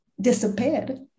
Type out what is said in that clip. disappeared